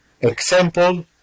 Example